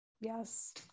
Yes